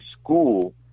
school